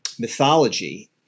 mythology